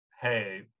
hey